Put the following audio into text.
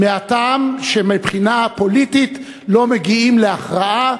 מהטעם שמבחינה פוליטית לא מגיעים להכרעה